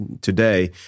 today